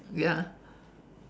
ya